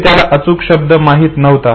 जरी त्याला अचूक शब्द माहित नव्हता